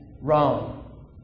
wrong